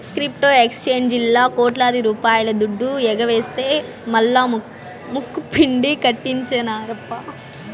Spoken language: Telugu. క్రిప్టో ఎక్సేంజీల్లా కోట్లాది రూపాయల దుడ్డు ఎగవేస్తె మల్లా ముక్కుపిండి కట్టించినార్ప